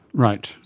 right,